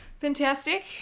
Fantastic